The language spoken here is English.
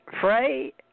Frey